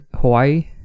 Hawaii